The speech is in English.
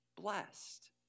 blessed